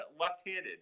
left-handed